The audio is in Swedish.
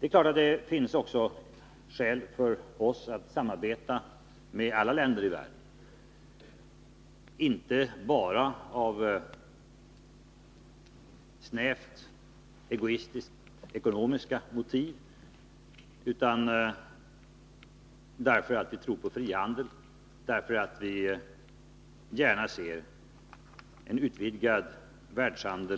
Det är vidare klart att det finns skäl för oss att samarbeta med alla länder i världen, inte bara av snävt egoistiskt ekonomiska motiv utan även därför att vi tror på frihandel och gärna ser att världshandeln